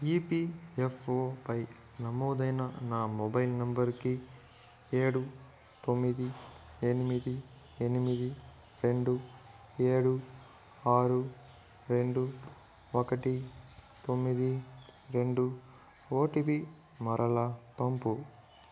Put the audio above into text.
ఈపిఎఫ్ఓపై నమోదైన నా మొబైల్ నంబర్కి ఏడు తొమ్మిది ఎనిమిది ఎనిమిది రెండు ఏడు ఆరు రెండు ఒకటి తొమ్మిది రెండు ఓటీపీ మరలా పంపు